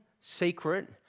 secret